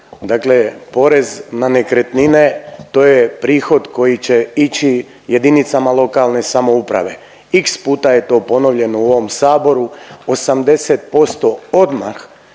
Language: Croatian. dakle porez na nekretnine to je prihod koji će ići jedinicama lokalne samouprave, iks puta je to ponovljeno u ovom Saboru, 80% odmah